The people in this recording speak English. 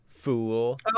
Fool